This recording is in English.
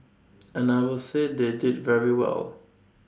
and I will say they did very well